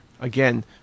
again